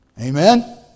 Amen